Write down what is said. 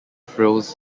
frills